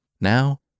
Now